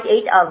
8 ஆகும்